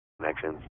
connections